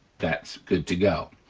that's good to go.